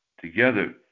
together